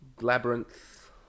Labyrinth